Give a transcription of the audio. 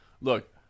look